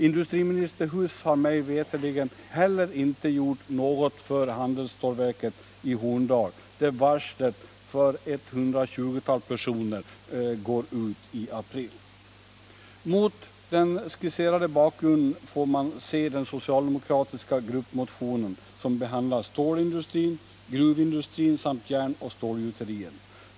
Industriminister Huss har mig veterligen heller inte gjort något för handelsstålverket i Horndal, där varslet för ca 120 personer går ut i april. Mot den skisserade bakgrunden får man se den socialdemokratiska gruppmotion som behandlar stålindustrin, gruvindustrin samt järnoch stålgjuterierna.